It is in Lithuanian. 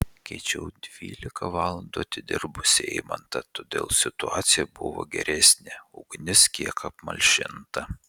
keičiau dvylika valandų atidirbusį eimantą todėl situacija buvo geresnė ugnis kiek apmalšinta